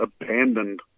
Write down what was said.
abandoned